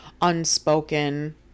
unspoken